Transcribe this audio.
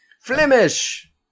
Flemish